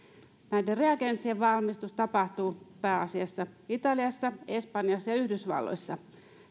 näiden reagenssien valmistus tapahtuu pääasiassa italiassa espanjassa ja yhdysvalloissa